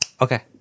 Okay